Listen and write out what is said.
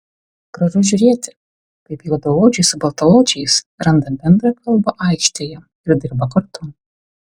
gražu žiūrėti kaip juodaodžiai su baltaodžiais randa bendrą kalbą aikštėje ir dirba kartu